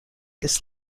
this